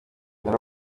nari